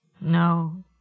No